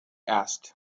asked